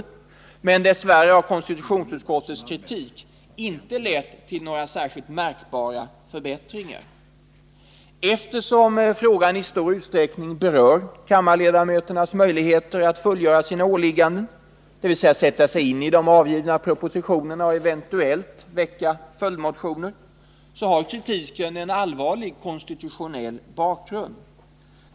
Dess värre har emellertid inte konstitutionsutskottets kritik lett till några särskilt märkbara förbättringar. Eftersom frågan i stor utsträckning berör kammarledamöternas möjligheter att fullgöra sina åligganden, dvs. sätta sig in i de avgivna propositionerna och med anledning därav eventuellt väcka motioner, så har kritiken en allvarlig konstitutionell bakgrund.